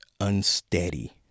unsteady